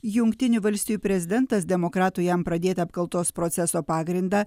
jungtinių valstijų prezidentas demokratų jam pradėtą apkaltos proceso pagrindą